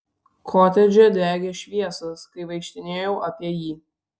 kotedže degė šviesos kai vaikštinėjau apie jį